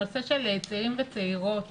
הנושא של צעירים וצעירות